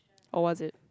or was it